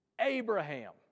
Abraham